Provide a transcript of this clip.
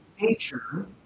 Nature